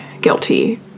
guilty